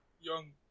young